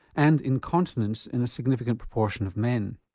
and incontinence in a significant proportion of men.